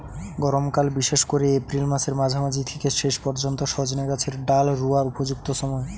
গরমকাল বিশেষ কোরে এপ্রিল মাসের মাঝামাঝি থিকে শেষ পর্যন্ত সজনে গাছের ডাল রুয়ার উপযুক্ত সময়